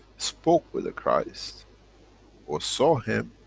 spoke with the christ or saw him,